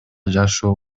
жашоо